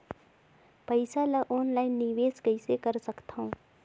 पईसा ल ऑनलाइन निवेश कइसे कर सकथव?